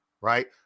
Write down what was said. right